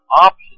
option